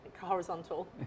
Horizontal